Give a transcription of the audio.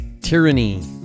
tyranny